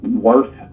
worth